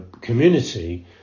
community